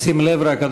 שים לב רק,